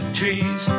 trees